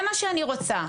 אני מוכנה,